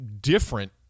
different